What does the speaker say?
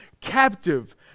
captive